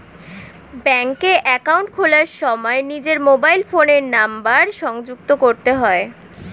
ব্যাঙ্কে অ্যাকাউন্ট খোলার সময় নিজের মোবাইল ফোনের নাম্বার সংযুক্ত করতে হয়